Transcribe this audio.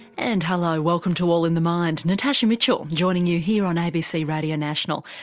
and hello, welcome to all in the mind, natasha mitchell joining you here on abc radio national.